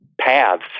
paths